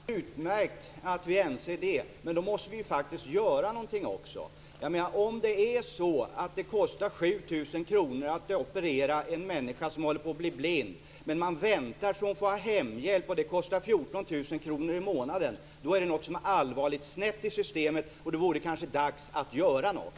Fru talman! Nej, det är alldeles utmärkt att vi är ense om det, men då måste vi ju faktiskt göra någonting också. Om det är så att det kostar 7 000 kr att operera en person som håller på att bli blind, men man väntar så att vederbörande måste ha hemhjälp för 14 000 kr i månaden, då är det någonting som är allvarligt snett i systemet. Då är det kanske dags att göra något.